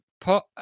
put